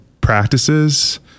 practices